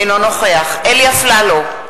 אינו נוכח אלי אפללו,